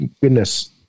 goodness